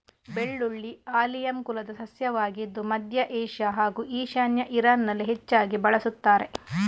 ಬೆಳ್ಳುಳ್ಳಿ ಆಲಿಯಮ್ ಕುಲದ ಸಸ್ಯವಾಗಿದ್ದು ಮಧ್ಯ ಏಷ್ಯಾ ಹಾಗೂ ಈಶಾನ್ಯ ಇರಾನಲ್ಲಿ ಹೆಚ್ಚಾಗಿ ಬಳಸುತ್ತಾರೆ